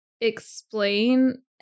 explain